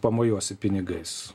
pamojuosi pinigais